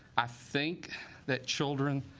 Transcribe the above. i think that children